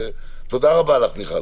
תודה רבה לך, מיכל.